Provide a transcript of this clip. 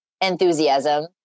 enthusiasm